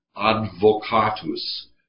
advocatus